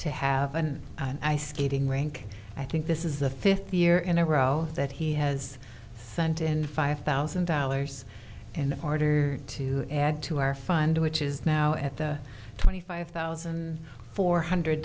to have an ice skating rink i think this is the fifth year in a row that he has sent in five thousand dollars and harder to add to our fund which is now at the twenty five thousand four hundred